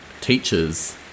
teacher's